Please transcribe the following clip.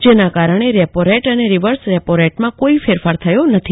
જેના કારણે રેપોરેટ અને રીવર્સ રેપોરેટમાં કોઈ ફેરફાર થયો નથી